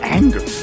anger